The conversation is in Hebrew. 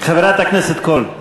חברת הכנסת קול,